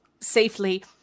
safely